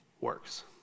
works